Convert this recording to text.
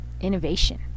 innovation